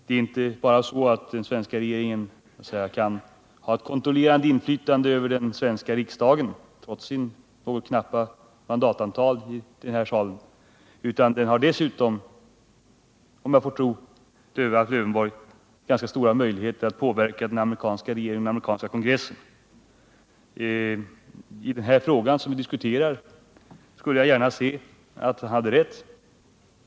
Det är inte bara så att den svenska regeringen kan ha ett kontrollerande inflytande över den svenska riksdagen trots sitt knappa mandatantal i denna sal, utan den har dessutom ganska stora möjligheter att påverka den amerikanska regeringen och den amerikanska kongressen — om man får tro Alf Lövenborg. I den fråga vi diskuterar nu skulle jag gärna se att han hade rätt.